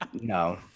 no